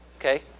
okay